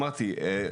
אמרתי,